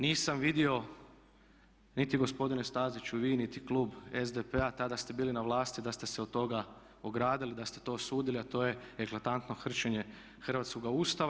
Nisam vidio, niti gospodine Staziću vi niti klub SDP-a, tada ste bili na vlasti da ste se od toga ogradili, da ste to osudili a to je eklatantno kršenje hrvatskoga Ustava.